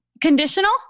Conditional